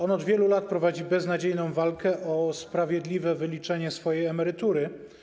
Od wielu lat prowadzi beznadziejną walkę o sprawiedliwe wyliczenie emerytury.